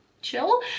chill